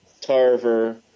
Tarver